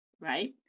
Right